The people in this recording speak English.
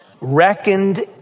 reckoned